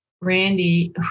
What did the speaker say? Randy